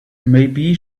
maybe